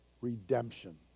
redemption